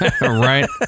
Right